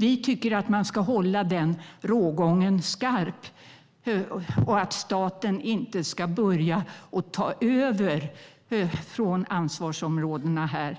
Vi tycker att man ska hålla den rågången skarp och att staten inte ska börja ta över från ansvarsområdena här.